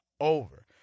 Over